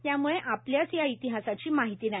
त्यामुळे आपल्याच या इतिहासाची माहिती नाही